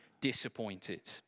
disappointed